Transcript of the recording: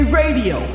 radio